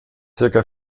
circa